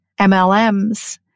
MLMs